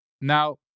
Now